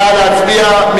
נא להצביע.